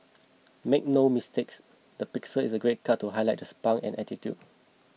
make no mistakes the pixie is a great cut highlight the spunk and attitude